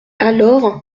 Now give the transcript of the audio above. alors